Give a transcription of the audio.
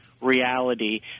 reality